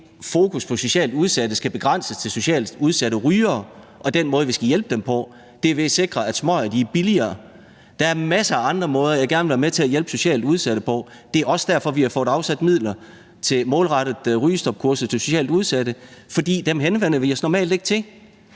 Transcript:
fokus på socialt udsatte skal begrænses til socialt udsatte rygere, og at den måde, vi skal hjælpe dem på, er ved at sikre, at smøger er billigere. Der er masser af andre måder, jeg gerne vil være med til at hjælpe socialt udsatte på. Det er også derfor, vi har fået afsat midler til målrettede rygestopkurser til socialt udsatte, for dem henvender vi os normalt ikke til.